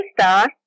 Star